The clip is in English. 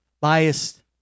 biased